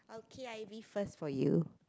K_I_V first for you